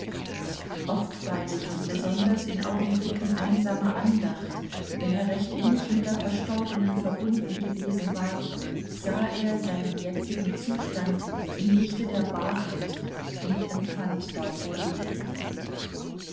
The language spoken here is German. oft freilich und besonders in augenblicken einsamer andacht wenn er recht innig mit der verstorbenen verbunden gewesen war sah er seinen jetzigen zustand im lichte der wahrheit und empfand davor ekel